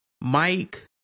Mike